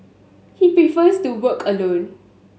he prefers to work alone